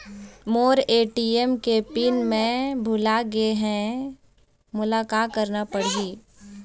मोर ATM के pin मैं भुला गैर ह, मोला का करना पढ़ही?